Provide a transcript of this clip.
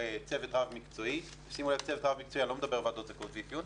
צוות רב- מקצועי ואני לא מדבר על ועדות זכאות ואפיון